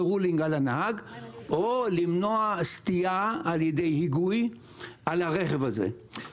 overrulingעל הנהג או למנוע סטייה על ידי היגוי על הרכב הזה.